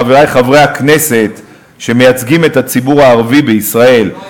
חברי חברי הכנסת שמייצגים את הציבור הערבי בישראל,